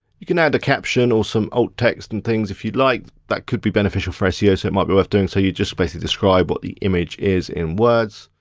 you can add a caption or some alt text and things if you'd like, that could be beneficial for seos, so it might be worth doing, so you'd just basically describe what the image is in words.